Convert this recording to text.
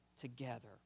together